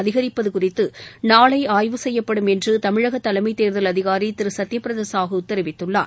அதிகரிப்பது குறித்து நாளை ஆய்வு செய்யப்படும் என்று தமிழக தலைமைத் தேர்தல் அதிகாரி திரு சத்யபிரத சாஹூ தெரிவித்துள்ளார்